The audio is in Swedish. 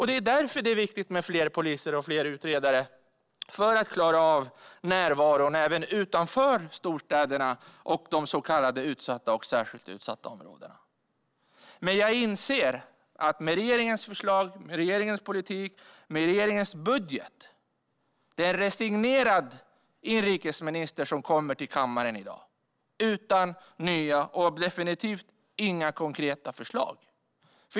Det är därför det är viktigt med fler poliser och fler utredare: för att klara av närvaron även utanför storstäderna och de så kallade utsatta och särskilt utsatta områdena. Men jag inser att det med regeringens förslag, politik och budget är en resignerad inrikesminister som kommer till kammaren i dag, utan några nya och definitivt utan några konkreta förslag.